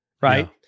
right